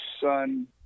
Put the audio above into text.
son